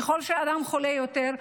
ככל שאדם חולה יותר,